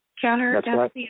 counter